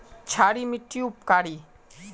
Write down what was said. क्षारी मिट्टी उपकारी?